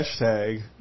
Hashtag